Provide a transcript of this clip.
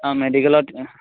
অঁ মেডিকেলত